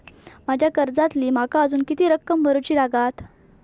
माझ्या कर्जातली माका अजून किती रक्कम भरुची लागात?